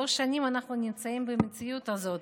שלוש שנים אנחנו נמצאים במציאות הזאת.